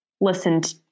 listened